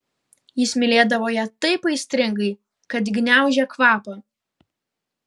jis mylėdavo ją taip aistringai kad gniaužė kvapą